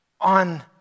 on